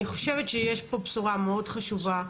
אני חושבת שיש פה בשורה חשובה מאוד,